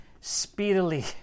speedily